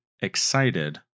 excited